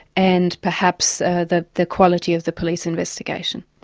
and perhaps the the quality of the police investigation.